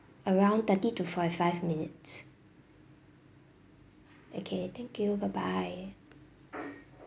around thirty to forty five minutes okay thank you bye bye